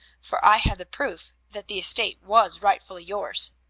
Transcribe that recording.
for i had the proof that the estate was rightfully yours.